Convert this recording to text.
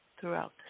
throughout